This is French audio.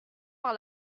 par